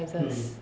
mm